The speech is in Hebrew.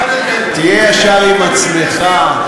פחדתם, תהיה ישר עם עצמך.